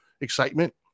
excitement